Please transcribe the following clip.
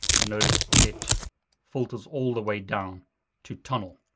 and notice it filters all the way down to tunnel.